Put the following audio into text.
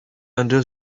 under